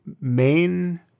main